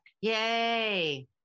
Yay